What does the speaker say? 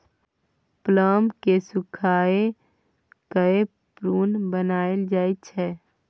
plum केँ सुखाए कए प्रुन बनाएल जाइ छै